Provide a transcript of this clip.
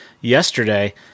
yesterday